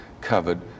covered